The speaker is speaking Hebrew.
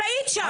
את היית שם.